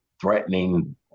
threatening